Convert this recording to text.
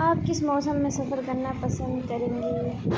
آپ کس موسم میں سفر کرنا پسند کریں گی